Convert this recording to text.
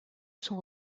son